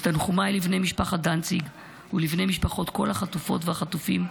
תנחומיי לבני משפחת דנציג ולבני משפחות כל החטופות והחטופים,